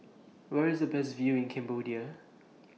Where IS The Best View in Cambodia